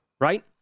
right